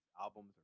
albums